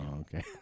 okay